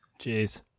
Jeez